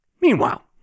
Meanwhile